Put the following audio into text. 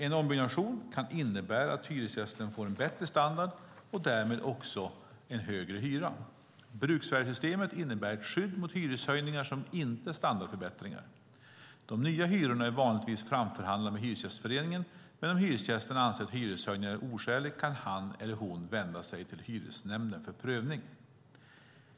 En ombyggnation kan innebära att hyresgästen får en bättre standard och därmed också en högre hyra. Bruksvärdessystemet innebär ett skydd mot hyreshöjningar som inte är standardförbättringar. De nya hyrorna är vanligtvis framförhandlade med Hyresgästföreningen, men om hyresgästen anser att hyreshöjningen är oskälig kan han eller hon vända sig till Hyresnämnden för prövning.